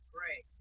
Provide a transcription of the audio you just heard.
Great